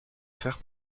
faire